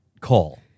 call